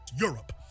Europe